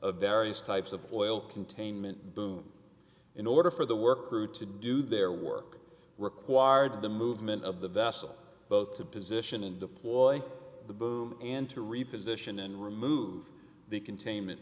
various types of oil containment boom in order for the work crew to do their work required the movement of the vessel both to position and deploy the boom and to reposition and remove the containment